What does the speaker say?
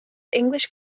english